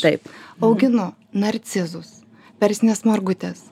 taip auginu narcizus persines margutes